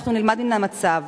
אנחנו נלמד מן המצב.